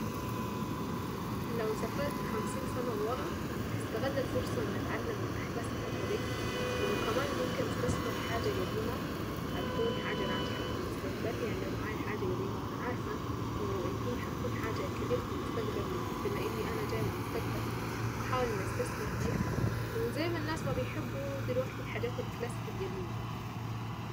لو سافرت خمسين سنة لورا استغل الفرصة اني اتعلم من احداث الفترة دي وكمان ممكن استثمر في حاجة قديمة حتكون حاجة ناجحة في المستقبل. يعني لو معايا حاجة قديمة وانا عارفة وان هي هتكون حاجة كبيرة في المستقبل بما اني انا جاية من المستقبل هحاول اني استثمر فيها و زي الناس ما بيحبوا دلووقتي الحاجات الكلاسيك القديمة.